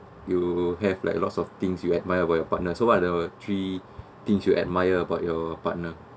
you will have like lots of things you admire about your partner so what are the three things you admire about your partner